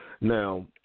Now